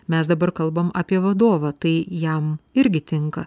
mes dabar kalbam apie vadovą tai jam irgi tinka